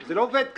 זה לא עובד ככה.